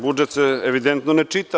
Budžet se evidentno ne čita.